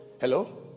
hello